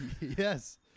Yes